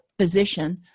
physician